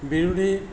বিৰোধী